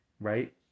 right